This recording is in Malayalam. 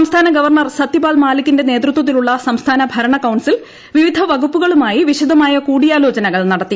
സംസ്ഥാന ഗവർണ്ണർ സത്യപാൽ മാലിക്കിന്റെ നേതൃത്വത്തിലുള്ള സംസ്ഥാന ഭരണകൌൺസിൽ വിവിധ വകുപ്പുകളുമായി വിശദമായ കൂടിയാലോചനകൾ നടത്തി